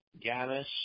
Gannis